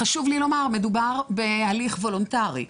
חשוב לי לומר, מדובר בהליך וולונטרי.